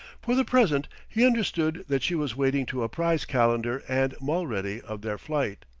for the present he understood that she was waiting to apprise calendar and mulready of their flight.